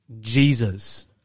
Jesus